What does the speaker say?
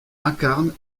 incarne